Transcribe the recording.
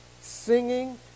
singing